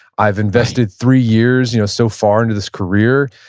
i've invested three years you know so far into this career.